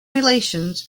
relations